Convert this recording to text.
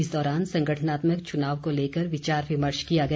इस दौरान संगठनात्मक चुनाव को लेकर विचार विमर्श किया गया